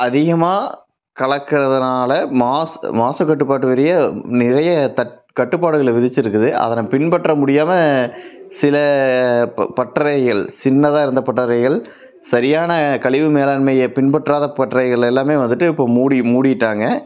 அதிகமாக கலக்கிறதுனால மாசு மாசுக் கட்டுப்பாட்டு வாரியம் நிறைய தட் கட்டுப்பாடுகளை விதித்திருக்குது அதனை பின்பற்ற முடியாமல் சில ப பட்டறைகள் சின்னதாக இருந்த பட்டறைகள் சரியான கழிவு மேலாண்மைய பின்பற்றாத பட்டறைகள எல்லாமே வந்துவிட்டு இப்போது மூடி மூடிவிட்டாங்க